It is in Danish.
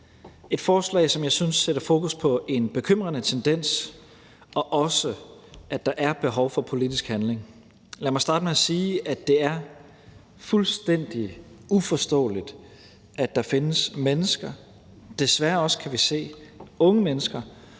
et forslag, som jeg synes sætter fokus på en bekymrende tendens og også på, at der er behov for politisk handling. Lad mig starte med at sige, at det er fuldstændig uforståeligt, at der findes mennesker, desværre også, kan vi se, unge mennesker,